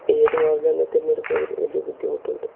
ഏതു മോഡൽ തിരഞ്ഞടുക്കുകയായാലും വലിയ ബുദ്ധിമുട്ടുണ്ട്